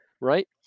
right